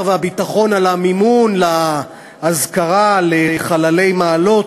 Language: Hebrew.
והביטחון על מימון האזכרה לחללי מעלות.